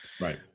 Right